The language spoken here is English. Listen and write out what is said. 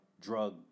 drug